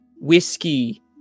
whiskey